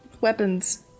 weapons